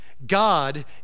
God